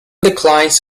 declines